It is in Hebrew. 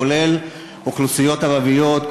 כולל אוכלוסיות ערביות,